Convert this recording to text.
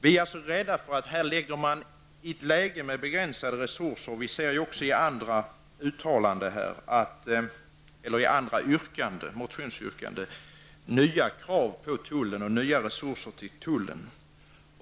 Vi är rädda för att man i ett läge med begränsade resurser ställer större krav på tullen. I motionsyrkanden förs det fram krav på nya resurser till tullen.